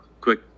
quick